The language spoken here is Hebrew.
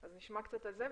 אז נשמע קצת על זה.